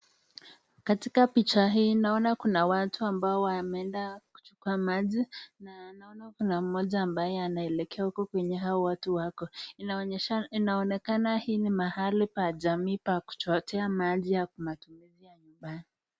Katika picha hii naona kuna watu ambao wameenda kuchukua maji na naona kuna mmoja ambaye anaelekea huko kwenye hawa watu wako. Inaonekana hii ni mahali pa jamii pa kuchotea maji ya matumizi ya nyumbani.